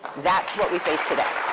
that's what we face today.